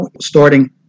starting